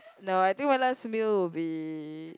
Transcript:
no I think my last meal would be